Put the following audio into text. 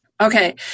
Okay